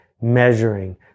measuring